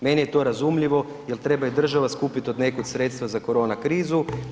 Meni je to razumljivo jel treba i država skupit odnekud sredstva za koronakrizu.